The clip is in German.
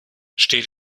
steht